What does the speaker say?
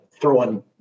throwing